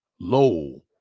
low